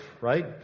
Right